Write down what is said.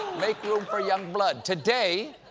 make room for young blood! today,